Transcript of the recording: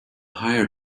higher